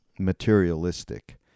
materialistic